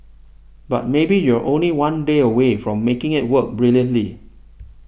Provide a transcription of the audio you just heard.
but maybe you're only one day away from making it work brilliantly